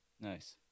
Nice